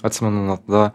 atsimenu nuo tada